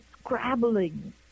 scrabbling